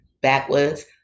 backwards